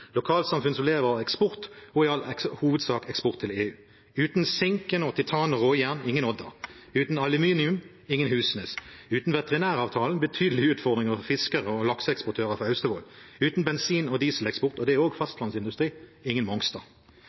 som lever av eksport, og i all hovedsak eksport til EU. Uten sink, titan og råjern intet Odda, uten aluminium intet Husnes, uten veterinæravtalen betydelige utfordringer for fiskere og lakseeksportører fra Austevoll, uten bensin- og dieseleksport – og det er også fastlandsindustri – intet Mongstad.